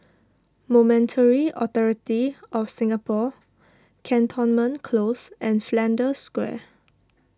Monetary Authority of Singapore Cantonment Close and Flanders Square